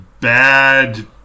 bad